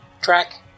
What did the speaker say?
track